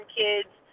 kids